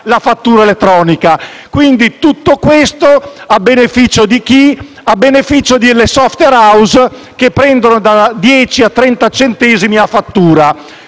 la fattura elettronica. E tutto questo a beneficio di chi? A beneficio delle *software house* che prendono da 10 a 30 centesimi a fattura.